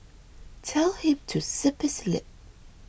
tell him to zip his lip